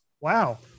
Wow